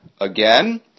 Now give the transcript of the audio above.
again